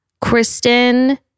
Kristen